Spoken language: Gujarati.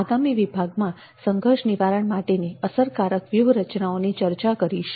આગામી વિભાગમાં સંઘર્ષ નિવારણ માટેની અસરકારક વ્યૂહરચનાઓની ચર્ચા કરીશું